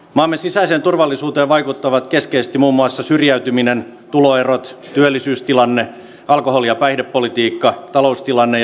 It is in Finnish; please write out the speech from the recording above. maamme sisäiseen turvallisuuteen vaikuttavat keskeisesti muun muassa syrjäytyminen tuloerot työllisyystilanne alkoholi ja päihdepolitiikka taloustilanne ja yhdenvertaisuus